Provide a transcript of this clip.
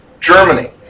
Germany